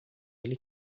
ele